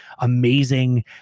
amazing